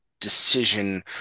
decision